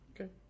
Okay